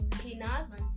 peanuts